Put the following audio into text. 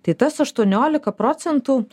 tai tas aštuoniolika procentų